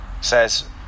says